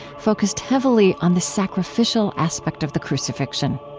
focused heavily on the sacrificial aspect of the crucifixion.